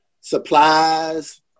supplies